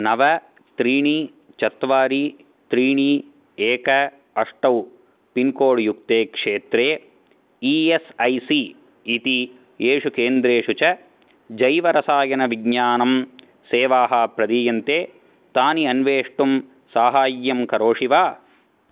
नव त्रीणि चत्वारि त्रीणि एक अष्टौ पिन्कोड् युक्ते क्षेत्रे ई एस् ऐ सी इति येषु केन्द्रेषु च जैवरसायनविज्ञानं सेवाः प्रदीयन्ते तानि अन्वेष्टुं साहाय्यं करोषि वा